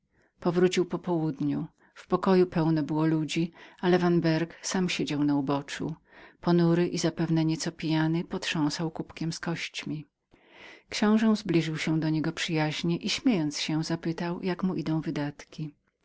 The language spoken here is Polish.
powrócił po południu w pokoju pełno było ludzi ale vanberg sam siedział na uboczy ponury i zapewne nieco pijany potrząsał kubkiem z kościami książe zbliżył się do niego poufale i śmiejąc zapytał jak mu szły wydatki